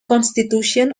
constitution